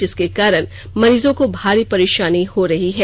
जिसके कारण मरीजों को भारी परेशानी हो रही है